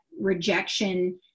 rejection